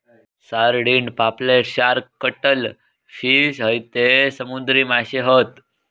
sardine, पापलेट, shark, cuttle fish हयते समुद्री माशे हत